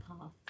path